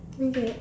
okay